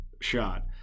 shot